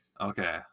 Okay